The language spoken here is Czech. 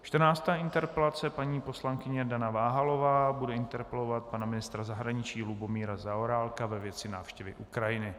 Čtrnáctá interpelace: paní poslankyně Dana Váhalová bude interpelovat pana ministra zahraničí Lubomíra Zaorálka ve věci návštěvy Ukrajiny.